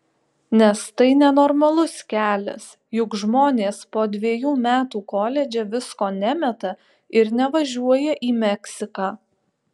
nes tai nenormalus kelias juk žmonės po dvejų metų koledže visko nemeta ir nevažiuoja į meksiką